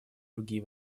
другие